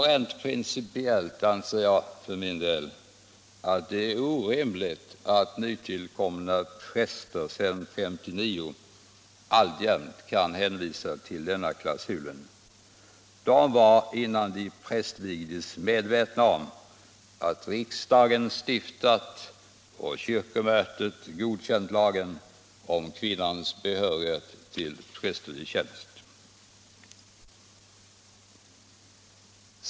Rent principiellt anser jag för min del att det är orimligt att nytillkomna präster efter 1959 alltjämt kan hänvisa till klausulen. De var innan de prästvigdes medvetna om att riksdagen stiftat och kyrkomötet godkänt lagen om kvinnans behörighet till prästerlig tjänst.